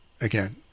Again